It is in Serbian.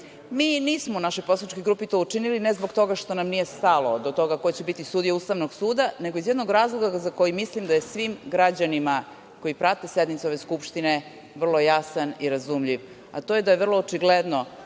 suda. U našoj poslaničkoj grupi mi to nismo učinili, ne zbog toga što nam nije stalo do toga ko će biti sudija Ustavnog suda, nego iz jednog razloga za koji mislim da je svim građanima, koji prate sednicu ove Skupštine, vrlo jasan i razumljiv, a to je da je vrlo očigledno